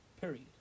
Period